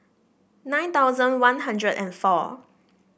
nine thousand One Hundred and four